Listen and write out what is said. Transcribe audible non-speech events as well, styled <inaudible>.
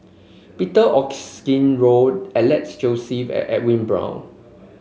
Peter Augustine Goh Alex Josey <unintelligible> and Edwin Brown